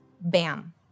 bam